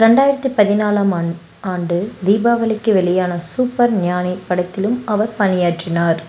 ரெண்டாயிரத்தி பதினாலாம் ஆண் ஆண்டு தீபாவளிக்கு வெளியான சூப்பர் ஞானி படத்திலும் அவர் பணியாற்றினார்